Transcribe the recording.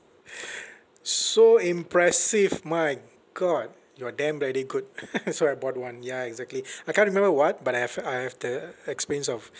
so impressive my god you're damn very good so I bought one ya exactly I can't remember what but I have I have the experience of